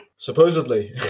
Supposedly